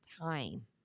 time